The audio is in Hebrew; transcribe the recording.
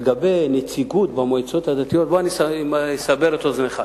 לגבי נציגות במועצות הדתיות, אסבר את אוזנך.